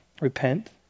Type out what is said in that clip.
Repent